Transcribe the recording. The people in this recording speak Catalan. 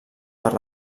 per